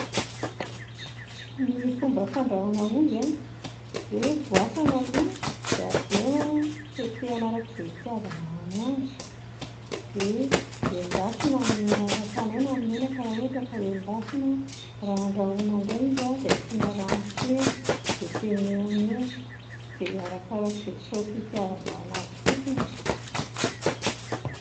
Ny fomba fandrahoana ovy a, dia voasana aloha, dia tetehina arak'izay hitiavanao an'azy, dia endasina, hafanaina ny menaka raha ohatra ka endasina, raha andrahoina indray izy dia asiana rano kely dia tenehina eo dia arakarak'izay saosy hitiavanao an'azy fotsiny